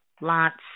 lots